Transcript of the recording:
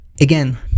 again